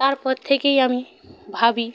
তারপর থেকেই আমি ভাবি